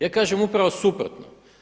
Ja kažem upravo suprotno.